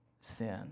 sin